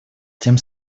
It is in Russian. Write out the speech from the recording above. тем